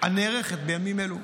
הנערכת בימים אלו.